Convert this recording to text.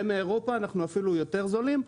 מאירופה אנחנו אפילו זולים יותר.